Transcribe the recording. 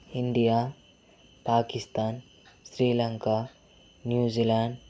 India Pakistan Sri Lanka New Zealand